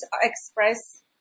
express